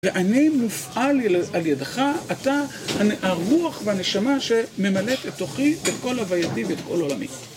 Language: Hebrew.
ואני מופעל על ידך, אתה הרוח והנשמה שממלאת את תוכי ואת כל הוויתי ואת כל עולמי.